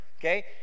Okay